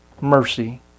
mercy